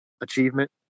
achievement